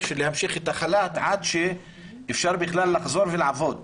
להמשיך את החל"ת עד שאפשר בכלל לחזור ולעבוד.